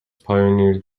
pioneered